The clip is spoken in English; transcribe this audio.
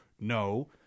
no